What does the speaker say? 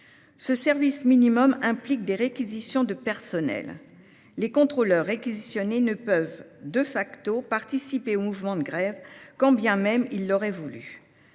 Ce service minimum implique des réquisitions de personnel. Les contrôleurs réquisitionnés ne peuvent,, participer au mouvement de grève, quand bien même ils l'auraient voulu.